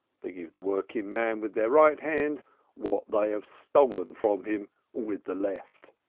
they give the working-man with their right hand what they have stolen from him with the left.